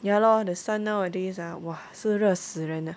ya lor the sun nowadays ah !wah! 是热死人的